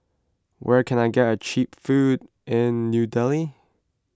where can I get Cheap Food in New Delhi